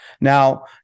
Now